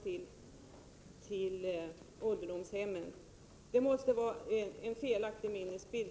Karl-Göran Biörsmark måste ha en felaktig minnesbild.